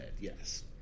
yes